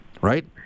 right